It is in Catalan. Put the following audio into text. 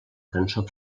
cançó